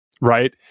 Right